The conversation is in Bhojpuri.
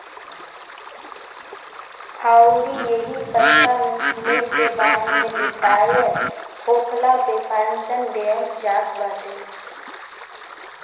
अउरी एही पईसा में से बाद में रिटायर होखला पे पेंशन देहल जात बाटे